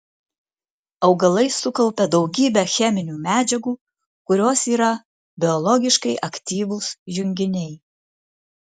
augalai sukaupia daugybę cheminių medžiagų kurios yra biologiškai aktyvūs junginiai